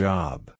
Job